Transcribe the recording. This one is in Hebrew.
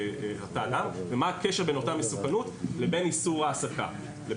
ומה הקשר בין אותה מסוכנות לבין איסור העסקה.